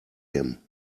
him